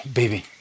Baby